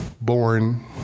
Born